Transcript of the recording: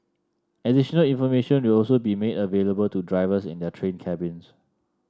additional information will also be made available to drivers in their train cabins